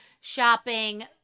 shopping